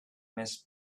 més